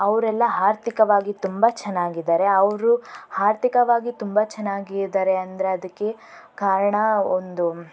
ಅವರೆಲ್ಲ ಆರ್ಥಿಕವಾಗಿ ತುಂಬ ಚೆನ್ನಾಗಿದ್ದಾರೆ ಅವರು ಹಾರ್ದಿಕವಾಗಿ ತುಂಬ ಚೆನ್ನಾಗಿ ಇದ್ದಾರೆಂದರೆ ಅದಕ್ಕೆ ಕಾರಣ ಒಂದು